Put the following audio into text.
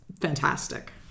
fantastic